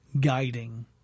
guiding